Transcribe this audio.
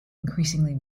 increasingly